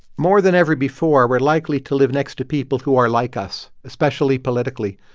more than ever before, we're likely to live next to people who are like us, especially politically.